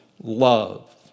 love